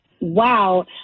Wow